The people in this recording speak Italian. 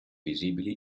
visibili